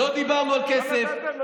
לא נתתם?